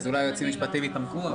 אולי היועצים המשפטיים התעמקו.